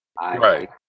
Right